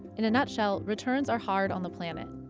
in a nutshell, returns are hard on the planet.